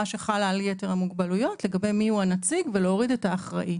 שחלה על יתר המוגבלויות לגבי מי הוא הנציג ולהוריד את האחראי.